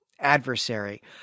Adversary